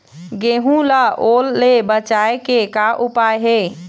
गेहूं ला ओल ले बचाए के का उपाय हे?